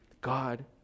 god